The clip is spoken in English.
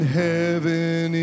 heaven